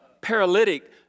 paralytic